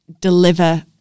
deliver